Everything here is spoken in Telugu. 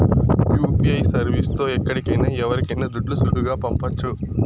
యూ.పీ.ఐ సర్వీస్ తో ఎక్కడికైనా ఎవరికైనా దుడ్లు సులువుగా పంపొచ్చు